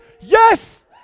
yes